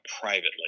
privately